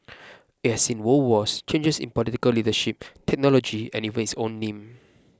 it has seen world wars changes in political leadership technology and even its own name